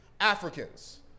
Africans